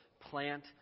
plant